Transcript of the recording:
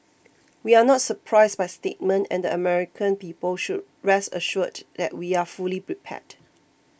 we are not surprised by statement and the American people should rest assured that we are fully prepared